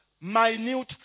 minute